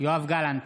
יואב גלנט,